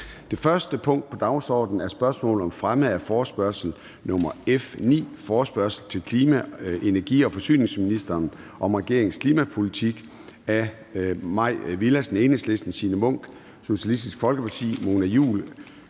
Det første punkt på dagsordenen er: 1) Spørgsmål om fremme af forespørgsel nr. F 9: Forespørgsel til klima-, energi- og forsyningsministeren om regeringens klimapolitik. Af Mai Villadsen (EL), Signe Munk (SF), Mona Juul